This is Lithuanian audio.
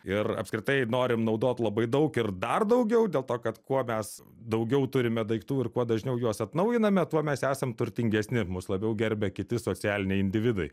ir apskritai norim naudot labai daug ir dar daugiau dėl to kad kuo mes daugiau turime daiktų ir kuo dažniau juos atnaujiname tuo mes esam turtingesni mus labiau gerbia kiti socialiniai individai